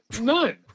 None